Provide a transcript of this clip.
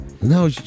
no